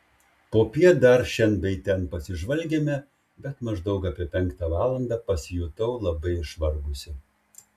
popiet dar šen bei ten pasižvalgėme bet maždaug apie penktą valandą pasijutau labai išvargusi